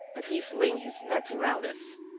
that he is laying his nets around us.